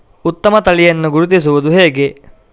ಉತ್ತಮ ತಳಿಯನ್ನು ಗುರುತಿಸುವುದು ಹೇಗೆ?